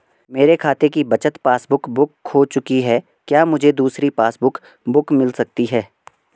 मेरे खाते की बचत पासबुक बुक खो चुकी है क्या मुझे दूसरी पासबुक बुक मिल सकती है?